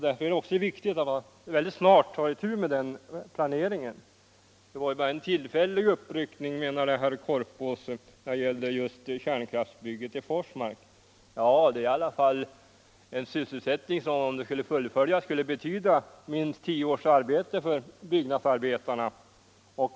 Därför är det också viktigt att man snart tar itu med den planeringen. Kärnkraftsbygget i Forsmark var ju bara en tillfällig uppryckning, menade herr Korpås. Det ger i alla Allmänpolitisk debatt Allmänpolitisk debatt fall en sysselsättning som, om den fullföljdes, skulle betyda minst 10 års arbete för byggnadsarbetarna.